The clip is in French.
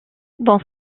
dans